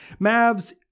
Mavs